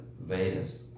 Vedas